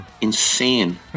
insane